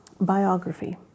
Biography